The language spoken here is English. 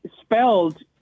spelled